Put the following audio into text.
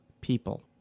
people